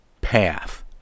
path